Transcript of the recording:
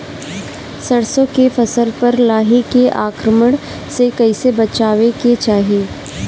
सरसो के फसल पर लाही के आक्रमण से कईसे बचावे के चाही?